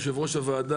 יושב ראש הוועדה,